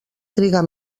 trigar